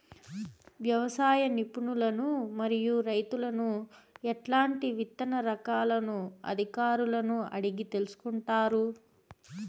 వ్యవసాయ నిపుణులను మరియు రైతులను ఎట్లాంటి విత్తన రకాలను అధికారులను అడిగి తెలుసుకొంటారు?